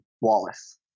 Wallace